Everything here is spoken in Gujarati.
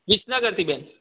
વિસનગરથી બેન